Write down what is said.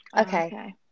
okay